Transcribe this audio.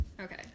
Okay